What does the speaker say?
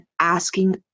asking